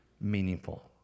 meaningful